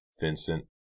Vincent